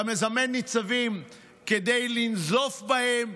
אתה מזמן ניצבים כדי לנזוף בהם.